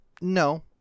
No